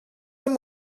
them